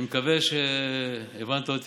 אני מקווה שהבנת אותי.